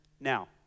Now